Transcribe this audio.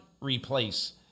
replace